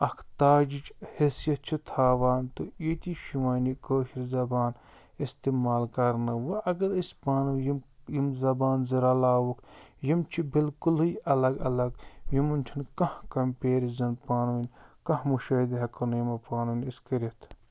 اَکھ تاجِچ حیثیت چھُ تھاوان تہٕ ییٚتی چھُ یِوان یہِ کٲشِر زبان اِستعمال کَرنہٕ وۅنۍ اگر أسۍ پانہٕ یِم یِم زبانہٕ زٕ رَلاوہوکھ یِم چھِ بِلکُلے الگ الگ یِمَن چھُ نہٕ کانٛہہ کَمپیرِزَن پانہٕ وٕنۍ کانٛہہ مُشٲہٕدِ ہیٚکو نہٕ یِمو پانہٕ وٲنۍ أسۍ کٔرِتھ